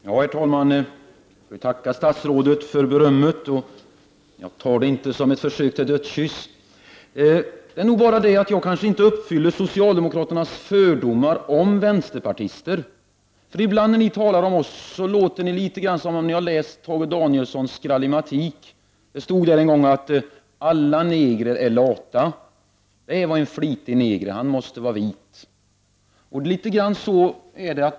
Herr talman! Jag tackar statsrådet för berömmet. Jag tar det inte som ett 7n försök till dödskyss. Jag kanske inte motsvarar socialdemokraternas fördomar om vänsterpartister. Ibland när ni talar om oss låter ni som något jag läst i Tage Danielssons Grallimatik. Där stod: Alla negrer är lata. Det var en flitig neger — han måste vara vit!